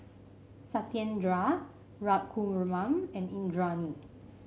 Satyendra Raghuram and Indranee